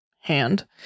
hand